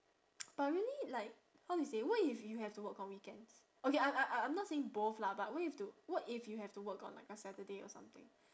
but really like how do you say what if you have to work on weekends okay I'm I'm I'm not saying both lah but what if to what if you have to work on like a saturday or something